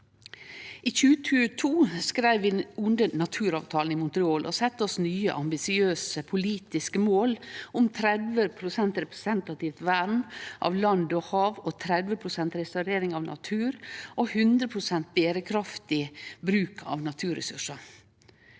I 2022 skreiv vi under naturavtalen i Montreal og sette oss nye, ambisiøse politiske mål om 30 pst. representativt vern av land og hav, 30 pst. restaurering av natur og 100 pst. berekraftig bruk av naturressursar.